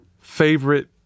favorite